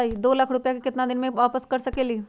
दो लाख रुपया के केतना दिन में वापस कर सकेली?